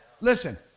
Listen